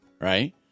right